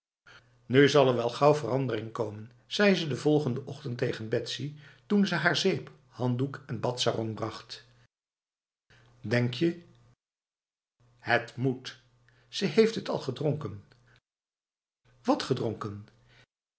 nu zal er wel gauw verandering komen zei ze de volgende ochtend tegen betsy toen ze haar zeep handdoek en badsarong bracht denk je het moet ze heeft het al gedronken wat gedronken